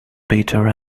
bitter